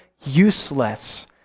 useless